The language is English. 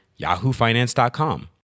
yahoofinance.com